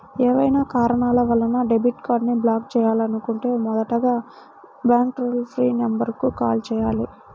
ఏవైనా కారణాల వలన డెబిట్ కార్డ్ని బ్లాక్ చేయాలనుకుంటే మొదటగా బ్యాంక్ టోల్ ఫ్రీ నెంబర్ కు కాల్ చేయాలి